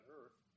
earth